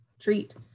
treat